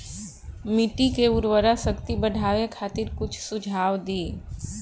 मिट्टी के उर्वरा शक्ति बढ़ावे खातिर कुछ सुझाव दी?